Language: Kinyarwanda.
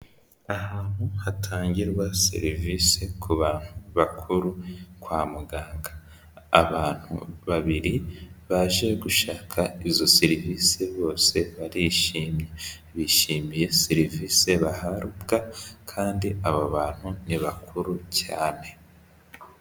Ahantu hatangirwa serivisi ku bantu bakuru kwa muganga, abantu babiri baje gushaka izo serivisi bose barishimye, bishimiye serivisi bahabwa, kandi aba bantu ni bakuru cyane.